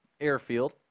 airfield